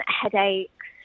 headaches